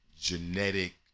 genetic